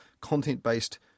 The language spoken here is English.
content-based